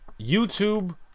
YouTube